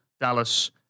Dallas